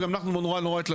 וגם אנחנו מאוד מאוד התלבטנו.